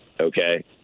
Okay